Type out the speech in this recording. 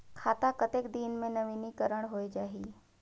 खाता कतेक दिन मे नवीनीकरण होए जाहि??